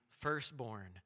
firstborn